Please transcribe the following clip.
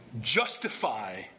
Justify